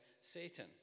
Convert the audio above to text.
Satan